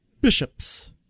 Bishops